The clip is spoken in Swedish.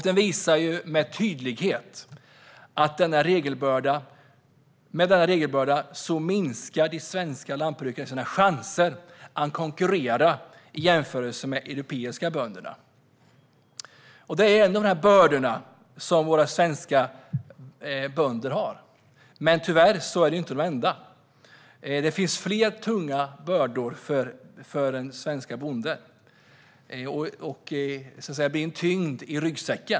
Den visar med tydlighet att med denna regelbörda minskar svenska lantbrukares chans att konkurrera i jämförelse med europeiska bönder. Det här är tyvärr inte de enda bördor våra svenska bönder har. Det finns fler tyngder i den svenska bondens ryggsäck.